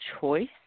choice